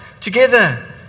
together